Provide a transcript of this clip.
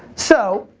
so,